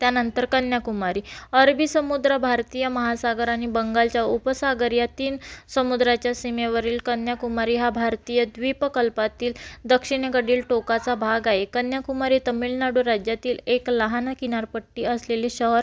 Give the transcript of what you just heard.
त्यानंतर कन्याकुमारी अरबी समुद्र भारतीय महासागर आणि बंगालच्या उपसागर या तीन समुद्राच्या सीमेवरील कन्याकुमारी हा भारतीय द्वीपकल्पातील दक्षिणेकडील टोकाचा भाग आहे कन्याकुमारी तमिलनाडू राज्यातील एक लहान किनारपट्टी असलेले शहर